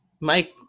Mike